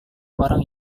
orang